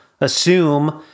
assume